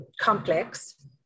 complex